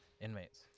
inmates